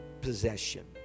possession